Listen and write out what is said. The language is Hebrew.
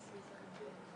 אנחנו נתחיל.